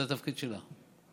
זה התפקיד שלה.